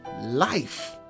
life